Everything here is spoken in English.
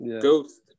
ghost